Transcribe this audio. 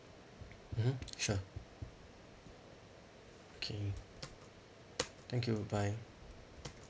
mmhmm sure okay thank you bye